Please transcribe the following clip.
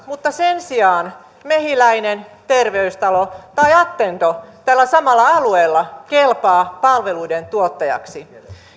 mutta sen sijaan mehiläinen terveystalo tai attendo tällä samalla alueella kelpaavat palveluiden tuottajiksi